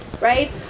right